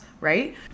Right